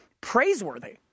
praiseworthy